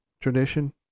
tradition